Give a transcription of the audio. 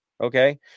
Okay